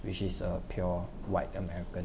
which is a pure white american